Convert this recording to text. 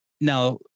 Now